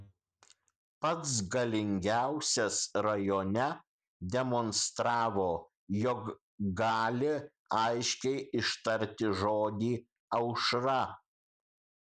pats galingiausias rajone demonstravo jog gali aiškiai ištarti žodį aušra